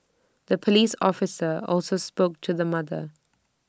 the Police officer also spoke to the mother